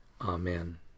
Amen